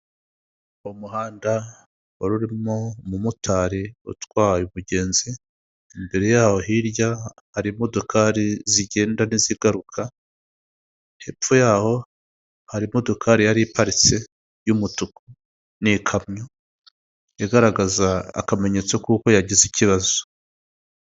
Uwo umuhanda wa urimo umumotari utwa umugenzi, imbere yaho hirya hari imodokari zigenda n' zigaruka, hepfo y'aho hari imodokari yari iparitse y'umutuku, ni ikamyo igaragaza akamenyetso k'uko yagize ikibazo.